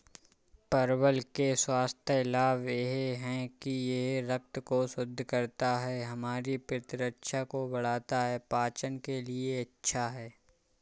परवल के स्वास्थ्य लाभ यह हैं कि यह रक्त को शुद्ध करता है, हमारी प्रतिरक्षा को बढ़ाता है, पाचन के लिए अच्छा है